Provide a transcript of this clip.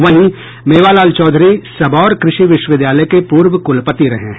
वहीं मेवालाल चौधरी सबौर कृषि विश्वविद्यालय के पूर्व कुलपति रहे हैं